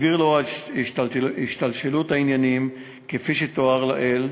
הסביר לו את השתלשלות העניינים כפי שתואר לעיל,